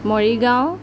Morigaon